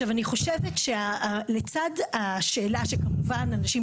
אנחנו שוב חוזרים למצב שבעלי ההון יקבלו נטו